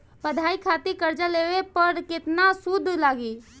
पढ़ाई खातिर कर्जा लेवे पर केतना सूद लागी?